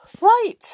Right